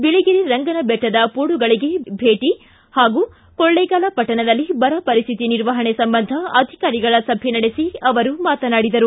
ಬಿಳಿಗಿರಿ ರಂಗನಬೆಟ್ಟದ ಪೋಡುಗಳಿಗೆ ಭೇಟಿ ಹಾಗೂ ಕೊಳ್ಳೇಗಾಲ ಪಟ್ಟಣದಲ್ಲಿ ಬರ ಪರಿಸ್ಟಿತಿ ನಿರ್ವಹಣೆ ಸಂಬಂಧ ಅಧಿಕಾರಿಗಳ ಸಭೆ ನಡೆಸಿ ಅವರು ಮಾತನಾಡಿದರು